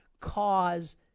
Cause